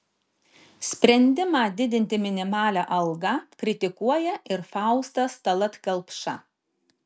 sprendimą didinti minimalią algą kritikuoja ir faustas tallat kelpša